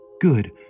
Good